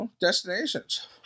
destinations